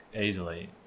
easily